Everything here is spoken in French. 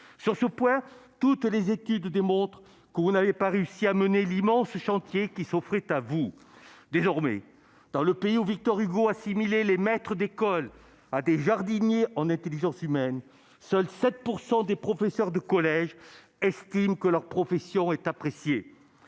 Sur ce point, toutes les études démontrent que vous n'avez pas réussi à mener l'immense chantier qui s'offrait à vous. Désormais, dans le pays où Victor Hugo assimilait les maîtres d'école à « des jardiniers en intelligence humaine », seuls 7 % des professeurs de collège estiment que leur profession est appréciée.